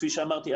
כפי שאמרתי,